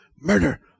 murder